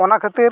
ᱚᱱᱟ ᱠᱷᱟᱹᱛᱤᱨ